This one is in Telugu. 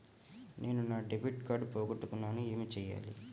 నేను నా డెబిట్ కార్డ్ పోగొట్టుకున్నాను ఏమి చేయాలి?